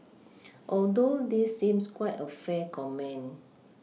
although this seems quite a fair comment